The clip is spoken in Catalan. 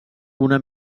una